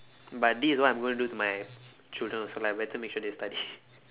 but this is what I'm going do to my children also lah better make sure they study